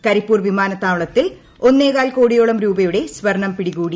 കരിപ്പൂർ വിമാനത്താവളത്തിൽ ഒന്നേകാൽ കോടിയോളം രൂപയുടെ സ്വർണം പിടികൂടി